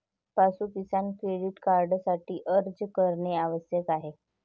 पाशु किसान क्रेडिट कार्डसाठी अर्ज करणे आवश्यक आहे